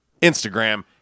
Instagram